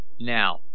Now